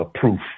proof